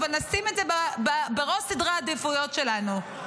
אבל נשים את זה בראש סדרי העדיפויות שלנו.